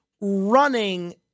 running